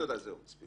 תודה, זהו, מספיק.